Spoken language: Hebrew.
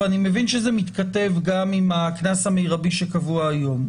ואני מבין שזה מתכתב גם עם הקנס המרבי שקבוע היום,